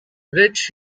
rich